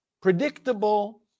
predictable